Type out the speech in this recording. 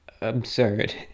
absurd